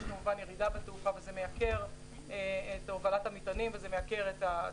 יש כמובן ירידה בתעופה וזה מייקר את הובלת המטענים ואת התשומות.